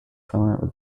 summer